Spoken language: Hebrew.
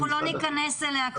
אנחנו לא ניכנס אליה,